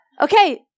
Okay